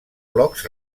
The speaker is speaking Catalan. blocs